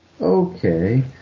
okay